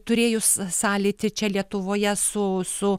turėjus sąlytį čia lietuvoje su su